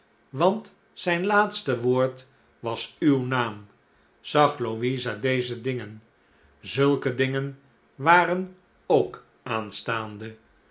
want zijn laatste woord was uw naam zag louisa deze dingen zulke dingen waren ook aanstaande